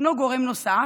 ישנו גורם נוסף,